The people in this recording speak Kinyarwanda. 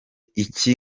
iki